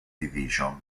division